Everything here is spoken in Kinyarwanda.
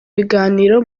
biganiro